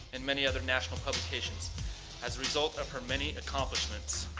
and many other national publications as a result of her many accomplishments.